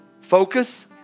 Focus